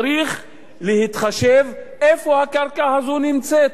צריך להתחשב בשאלה איפה הקרקע הזו נמצאת.